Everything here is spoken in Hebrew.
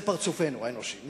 זה פרצופנו האנושי.